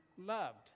loved